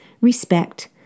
respect